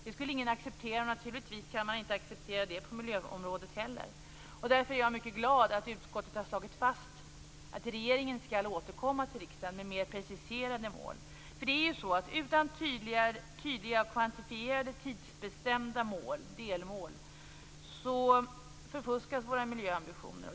Det skulle ingen acceptera, och naturligtvis kan man inte acceptera det på miljöområdet heller. Därför är jag mycket glad att utskottet har slagit fast att regeringen skall återkomma till riksdagen med mer preciserade mål. Utan tydliga kvantifierade tidsbestämda delmål förfuskas våra miljöambitioner.